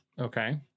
Okay